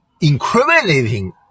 incriminating